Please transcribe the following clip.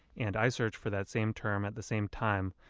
and i search for that same term at the same time,